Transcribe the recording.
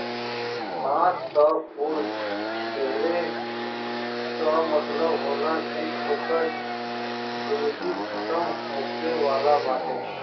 बांस कअ फूल देहले कअ मतलब होला कि ओकर जिनगी खतम होखे वाला बाटे